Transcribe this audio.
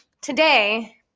Today